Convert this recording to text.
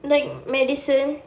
like medicine